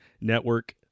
Network